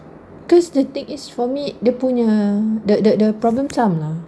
because the thing is for me dia punya the the the problem sum lah